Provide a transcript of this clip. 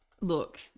Look